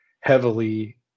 heavily